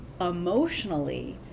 emotionally